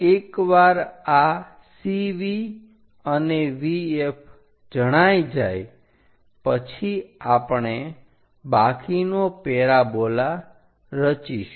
એકવાર આ CV અને VF જણાય જાય પછી આપણે બાકીનો પેરાબોલા રચીશું